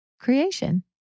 creation